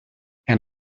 and